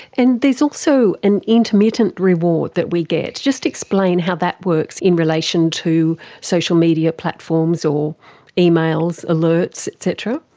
and there's also an intermittent reward that we get. just explain how that works in relation to social media platforms or emails, alerts et cetera.